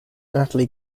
natalie